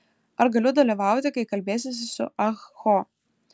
ar galiu dalyvauti kai kalbėsiesi su ah ho